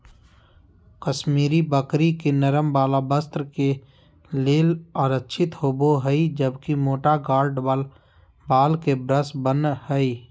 कश्मीरी बकरी के नरम वाल वस्त्र के लेल आरक्षित होव हई, जबकि मोटा गार्ड वाल के ब्रश बन हय